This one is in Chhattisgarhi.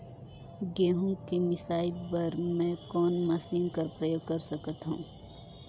गहूं के मिसाई बर मै कोन मशीन कर प्रयोग कर सकधव?